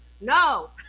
no